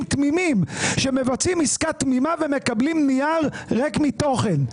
תמימים שמבצעים עסקה תמימה ומקבלים נייר ריק מתוכן.